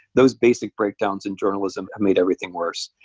those basic breakdowns in journalism have made everything worse.